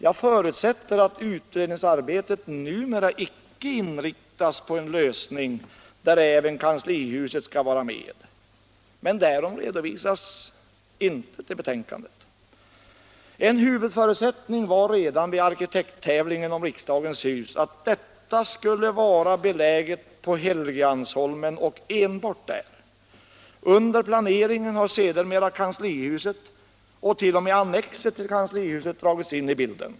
Jag förutsätter att utredningsarbetet numera icke inriktas på en lösning där även kanslihuset skall vara med. Men därom redovisas intet i betänkandet. En huvudförutsättning var redan vid arkitekttävlingen om riksdagens hus att detta skulle vara beläget på Helgeandsholmen och enbart där. Under planeringen har sedermera kanslihuset och t.o.m. dess annex dragits in i bilden.